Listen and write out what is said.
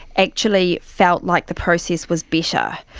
actually felt like the process was better.